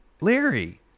Larry